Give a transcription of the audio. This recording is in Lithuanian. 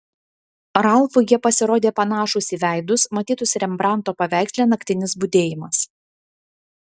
ralfui jie pasirodė panašūs į veidus matytus rembranto paveiksle naktinis budėjimas